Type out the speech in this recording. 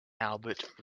albert